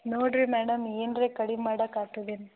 ನೋಡಿರಿ ಮೇಡಮ್ ಏನ್ರಿ ಕಡಿಮೆ ಮಾಡೋಕೆ ಆಗ್ತದೇನು